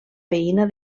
veïna